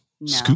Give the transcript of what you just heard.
No